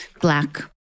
black